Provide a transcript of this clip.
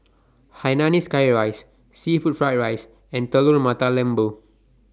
Hainanese Curry Rice Seafood Fried Rice and Telur Mata Lembu